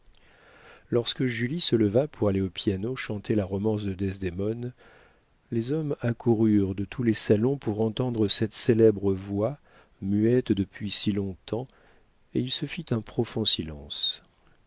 lorsque julie se leva pour aller au piano chanter la romance de desdémone les hommes accoururent de tous les salons pour entendre cette célèbre voix muette depuis si long-temps et il se fit un profond silence